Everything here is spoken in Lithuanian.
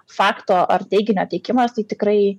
fakto ar teiginio teikimas tai tikrai